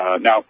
Now